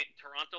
Toronto